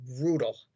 brutal